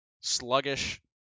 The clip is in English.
sluggish